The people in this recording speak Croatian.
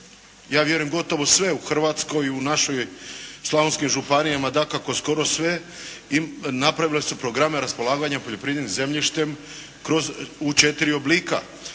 ja vjerujem gotovo sve u Hrvatskoj, u našim slavonskim županijama dakako skoro sve, napravile su programe raspolaganja poljoprivrednim zemljištem u četiri oblika.